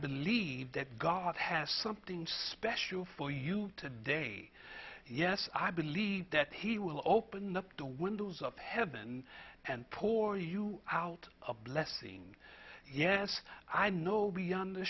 believe that god has something special for you today yes i believe that he will open up the windows of heaven and poor you out of blessing yes i know beyond